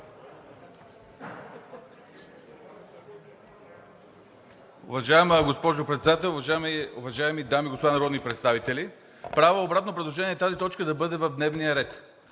Уважаема госпожо Председател, уважаеми дами и господа народни представители! Правя обратно предложение – тази точка да бъде в дневния ред.